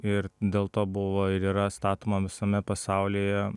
ir dėl to buvo ir yra statoma visame pasaulyje